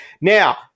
now